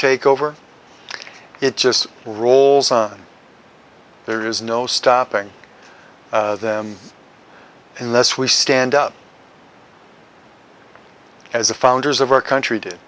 take over it just rolls on there is no stopping them in the us we stand up as the founders of our country did